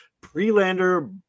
pre-lander